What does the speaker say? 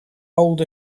old